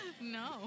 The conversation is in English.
No